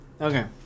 Okay